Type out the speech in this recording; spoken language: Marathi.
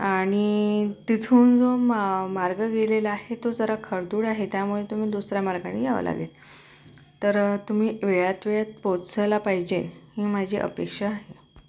आणि तिथून जो मा मार्ग गेलेला आहे तो जरा खडदूड आहे त्यामुळे तुम्ही दुसरा मार्गानी यावं लागेल तर तुम्ही वेळात वेळेत पोहोचायला पाहिजे ही माझी अपेक्षा आहे